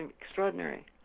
extraordinary